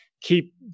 keep